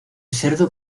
cerdo